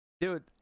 Dude